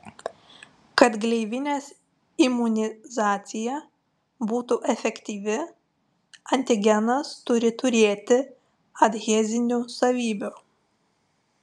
kad gleivinės imunizacija būtų efektyvi antigenas turi turėti adhezinių savybių